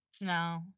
No